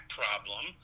problem